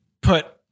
put